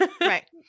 right